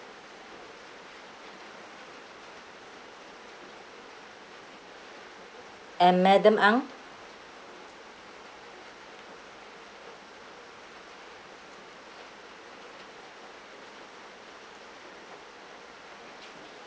I'm madam ang